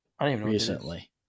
Recently